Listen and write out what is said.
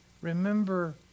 Remember